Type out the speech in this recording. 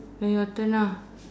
then your turn lah